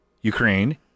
Ukraine